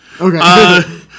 Okay